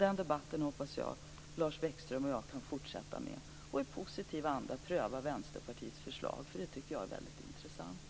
Den debatten hoppas jag att Lars Bäckström och jag kan fortsätta med och i positiv anda pröva Vänsterpartiets förslag, som jag tycker är väldigt intressant.